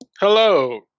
Hello